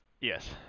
Yes